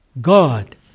God